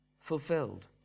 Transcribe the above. fulfilled